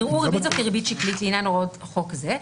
יראו ריבית זו כריבית שקלית לעניין הוראות חוק זה,